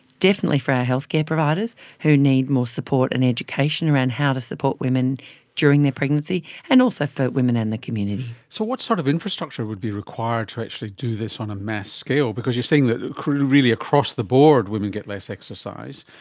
definitely for our healthcare providers who need more support and education around how to support women during their pregnancy, and also for women and the community. so what sort of infrastructure would be required to actually do this on a mass scale, because you're saying that accrued really across-the-board women get less exercise,